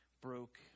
broke